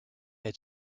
had